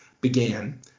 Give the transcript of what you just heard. began